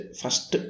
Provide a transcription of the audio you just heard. first